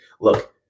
look